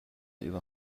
ihre